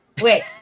Wait